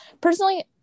Personally